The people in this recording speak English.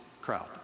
crowd